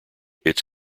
its